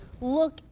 look